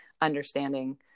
understanding